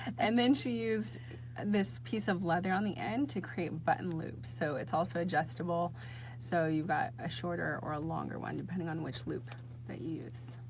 and then she used this piece of leather on the end to create button loops, so it's also adjustable so you've got a shorter or a longer one depending on which loop that you use,